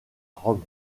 rome